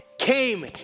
came